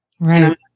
Right